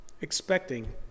expecting